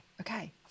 okay